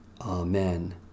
Amen